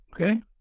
okay